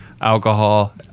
alcohol